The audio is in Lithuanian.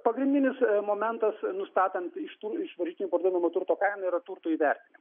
pagrindinis momentas nustatant iš tų iš varžytinių parduodamo turto kainą yra turto įvertinimas